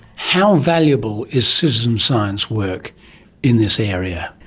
how valuable is citizen science work in this area?